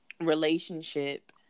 relationship